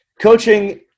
Coaching